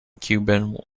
cuban